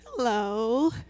Hello